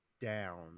down